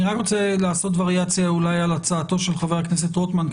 אני רק רוצה לעשות וריאציה על הצעתו של חבר הכנסת רוטמן,